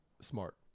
smart